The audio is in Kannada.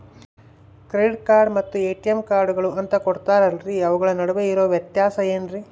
ಕ್ರೆಡಿಟ್ ಕಾರ್ಡ್ ಮತ್ತ ಎ.ಟಿ.ಎಂ ಕಾರ್ಡುಗಳು ಅಂತಾ ಕೊಡುತ್ತಾರಲ್ರಿ ಅವುಗಳ ನಡುವೆ ಇರೋ ವ್ಯತ್ಯಾಸ ಏನ್ರಿ?